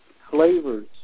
flavors